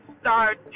start